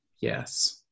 Yes